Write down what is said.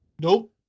Nope